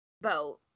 boat